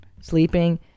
sleeping